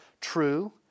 true